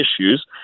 issues